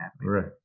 Right